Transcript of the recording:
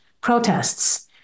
protests